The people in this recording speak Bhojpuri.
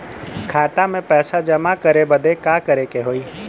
खाता मे पैसा जमा करे बदे का करे के होई?